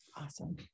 Awesome